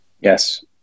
Yes